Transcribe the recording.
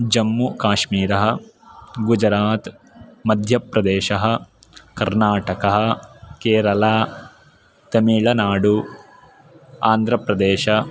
जम्मुकाश्मीरं गुजरात् मध्यप्रदेशः कर्नाटकः केरला तमिल्नाडु आन्ध्रप्रदेशः